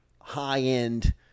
high-end